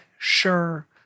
Sure